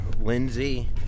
Lindsay